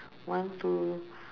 one two